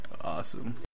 Awesome